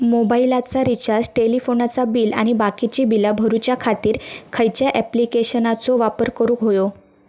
मोबाईलाचा रिचार्ज टेलिफोनाचा बिल आणि बाकीची बिला भरूच्या खातीर खयच्या ॲप्लिकेशनाचो वापर करूक होयो?